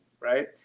right